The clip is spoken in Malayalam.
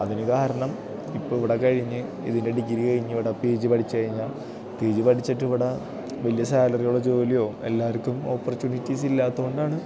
അതിനു കാരണം ഇപ്പോള് ഇവിടെ കഴിഞ്ഞ് ഇതിൻ്റെ ഡിഗ്രി കഴിഞ്ഞ് ഇവിടെ പി ജി പഠിച്ചു കഴിഞ്ഞാല് പി ജി പഠിച്ചിട്ട് ഇവിടെ വലിയ സാലറിയുള്ള ജോലിയോ എല്ലാവർക്കും ഓപ്പർച്യൂണറ്റീസ് ഇല്ലാത്തതുകൊണ്ടാണ്